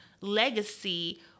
legacy